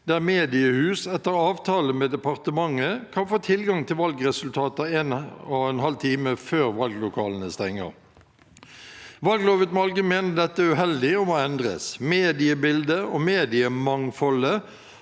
der mediehus etter avtale med departementet kan få tilgang til valgresultater en og en halv time før valglokalene stenger. Valglovutvalget mener dette er uheldig og må endres. Mediebildet og mediemangfoldet